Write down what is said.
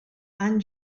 any